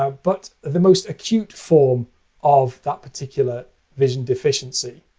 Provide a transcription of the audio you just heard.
ah but the most acute form of that particular vision deficiency.